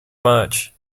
much